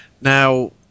Now